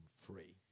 free